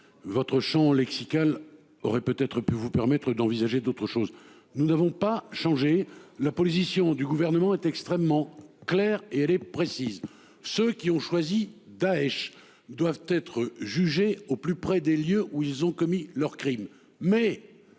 votre Champ lexical aurait peut être pu vous permettre d'envisager d'autres choses. Nous n'avons pas changé la position du gouvernement est extrêmement claire et elle est précise. Ceux qui ont choisi Daech doivent être jugés au plus près des lieux où ils ont commis leur Crime